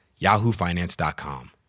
yahoofinance.com